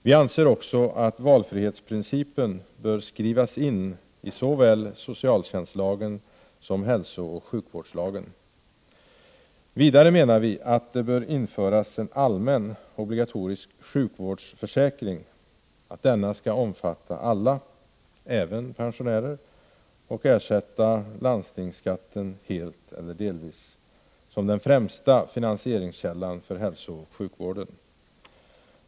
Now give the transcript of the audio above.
Vi anser också att valfrihetsprincipen bör skrivas in i såväl socialtjänstlagen som hälsooch sjukvårdslagen. Vidare menar vi att det bör införas en allmän, obligatorisk sjukvårdsförsäkring, att denna skall omfatta alla — även pensionärer — och ersätta landstingsskatten, helt eller delvis, som den främsta finansieringskällan för hälsooch sjukvården.